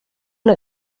una